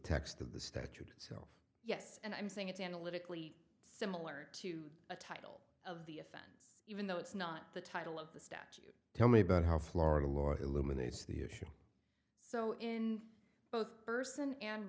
text of the statute itself yes and i'm saying it's analytically similar to a title of the offense even though it's not the title of the statute tell me about how florida law eliminates the issue so in both person and